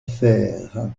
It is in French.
faire